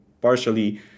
partially